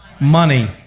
money